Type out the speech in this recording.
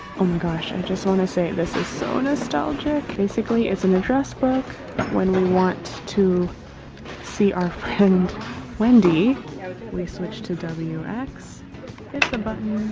gosh, i and just want to say this is so nostalgic! basically. it's an address book when we want to see our friend wendy we switch to wx, hit the button,